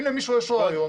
אם למישהו יש רעיון